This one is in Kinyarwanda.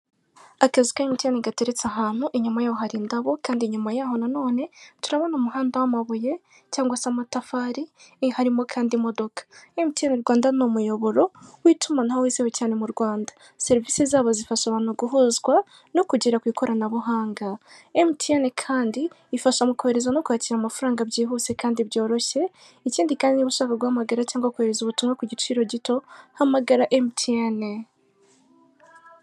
Akazu ka Emutiyene gateretse ahantu inyuma y'aho hari indabo kandi inyuma y'aho na none turabona umuhanda w'amabuye cyangwa se amatafari harimo kandi imodoka, Emutiyene Rwanda ni umuyoboro w'itumanaho wizewe cyane mu Rwanda serivisi zabo zifasha abantu guhuzwa no kugera ku ikoranabuhanga, Emutiyene kandi ifasha mu kohereza no kwakira amafaranga byihuse kandi byoroshye, ikindi kandi niba ushaka guhamagara cyangwa kohereza ubutumwa ku giciro gito hamagara Emutiyene.